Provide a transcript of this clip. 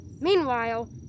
Meanwhile